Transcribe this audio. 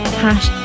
hash